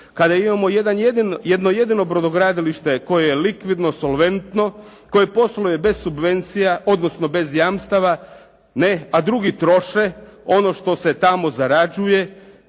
kada imamo jedno jedino brodogradilište koje je likvidno, solventno, koje posluje bez subvencija, odnosno bez jamstava, a drugi troše ono što se tamo zarađuje,